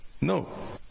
No